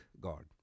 God